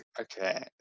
Okay